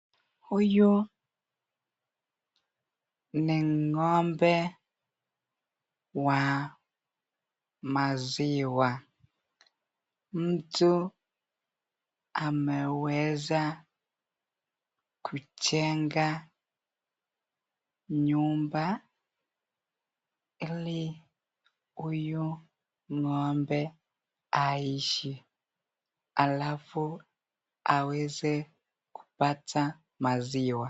Huyu ni ng'ombe wa maziwa. Mtu ameweza kujenga nyumba, ili huyu ng'ombe aiishi, alafu aweze kupata maziwa.